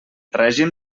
règim